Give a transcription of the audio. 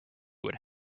would